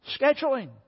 scheduling